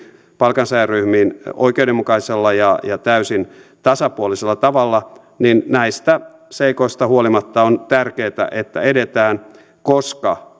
palkansaajaryhmiin oikeudenmukaisella ja täysin tasapuolisella tavalla näistä seikoista huolimatta on tärkeätä että edetään koska